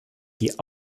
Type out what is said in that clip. die